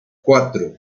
cuatro